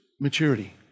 maturity